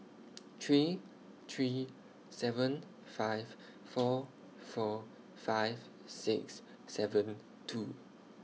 three three seven five four four five six seven two